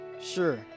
Sure